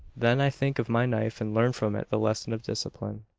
then i think of my knife and learn from it the lesson of discipline.